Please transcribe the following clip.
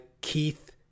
Keith